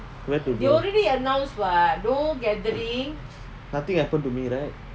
where do they nothing happen to me right